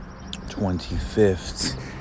25th